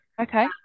okay